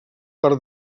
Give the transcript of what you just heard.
per